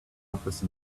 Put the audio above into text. office